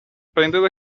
prendere